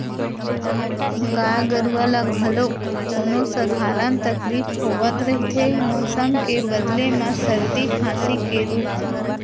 गाय गरूवा ल घलोक कोनो सधारन तकलीफ होवत रहिथे मउसम के बदले म सरदी, खांसी के रुप म